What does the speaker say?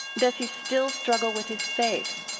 does he still struggle with his faith?